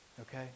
okay